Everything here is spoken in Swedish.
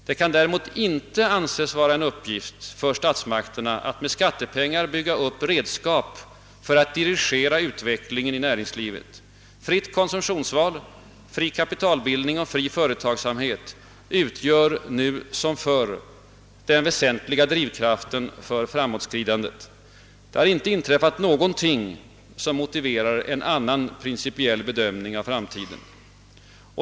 Det kan däremot inte anses vara en uppgift för statsmakterna att med skattepengar bygga upp redskap för att dirigera utvecklingen i näringslivet. Fritt konsumtionsval, fri kapitalbildning och fri företagsamhet utgör som förr den väsentliga drivkraften för framåtskridande. Det har inte inträffat någonting som motiverar en annan principiell bedömning av framtiden.